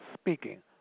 speaking